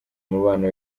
umubano